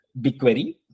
BigQuery